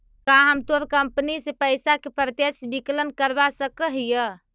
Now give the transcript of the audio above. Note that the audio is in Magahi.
का हम तोर कंपनी से पइसा के प्रत्यक्ष विकलन करवा सकऽ हिअ?